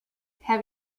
have